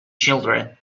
children